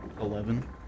Eleven